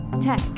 tech